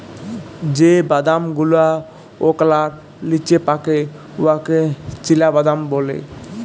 যে বাদাম গুলা ওকলার লিচে পাকে উয়াকে চিলাবাদাম ব্যলে